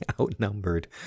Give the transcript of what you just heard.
outnumbered